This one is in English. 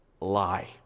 lie